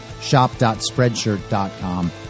shop.spreadshirt.com